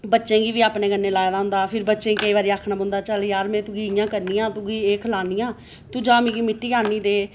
बच्चें गी बी अपने कन्नै लाए दा होंदा फ्ही बच्चें गी केई बारी आखने पौंदा चल यार में तुगी एह् करनियां तुगी खलानियां तू मिट्टी आनी दे